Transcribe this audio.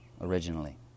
originally